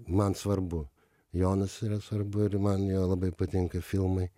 man svarbu jonas yra svarbu ir man jo labai patinka filmai